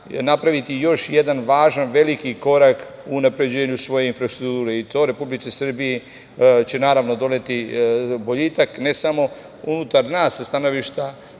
napraviti još jedan važan veliki korak u unapređivanju svoje infrastrukture. To Republici Srbiji će naravno doneti boljitak, ne samo unutar nas sa stanovišta